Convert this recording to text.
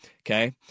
Okay